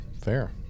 fair